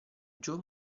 joe